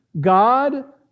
God